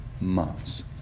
months